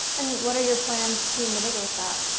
and what are your plans to mitigate that?